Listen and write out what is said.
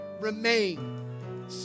remain